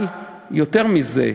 אבל יותר מזה,